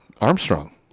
Armstrong